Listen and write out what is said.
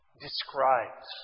describes